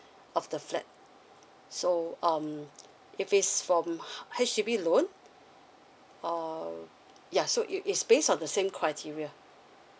of the flat so um if it's for H_D_B loan um yeah so it is based on the same criteria